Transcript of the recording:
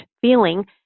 feeling